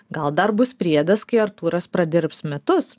gal dar bus priedas kai artūras pradirbs metus